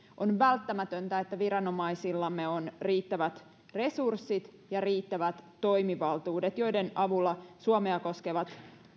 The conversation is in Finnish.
on välttämätöntä että viranomaisillamme on riittävät resurssit ja riittävät toimivaltuudet joiden avulla suomea koskevat